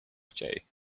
chciej